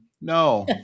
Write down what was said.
No